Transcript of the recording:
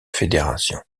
fédération